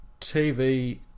TV